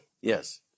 Yes